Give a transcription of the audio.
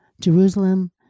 Jerusalem